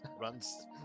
runs